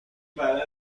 چادر